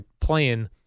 playing